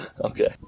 Okay